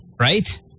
Right